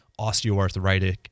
osteoarthritic